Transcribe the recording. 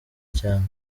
cyane